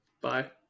Bye